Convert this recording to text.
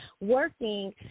working